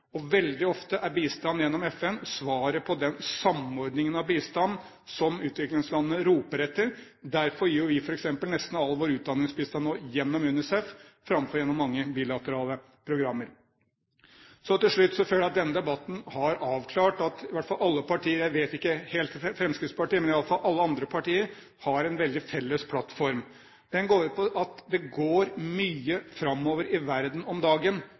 Veldig ofte er bistanden gjennom FN svaret på den samordningen av bistand som utviklingslandene roper etter. Derfor gir jo vi f.eks. nesten all vår utdanningsbistand nå gjennom UNICEF framfor gjennom mange bilaterale programmer. Så til slutt: Jeg føler at denne debatten har avklart at alle partier – jeg vet ikke helt når det gjelder Fremskrittspartiet, men i hvert fall alle andre partier – har en felles plattform. Den går ut på at det går mye framover i verden om dagen.